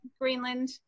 Greenland